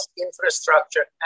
infrastructure